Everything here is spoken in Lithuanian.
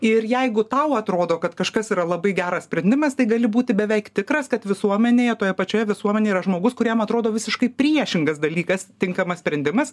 ir jeigu tau atrodo kad kažkas yra labai geras sprendimas tai gali būti beveik tikras kad visuomenėje toje pačioje visuomenėje yra žmogus kuriam atrodo visiškai priešingas dalykas tinkamas sprendimas